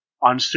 on